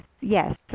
Yes